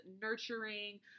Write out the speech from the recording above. nurturing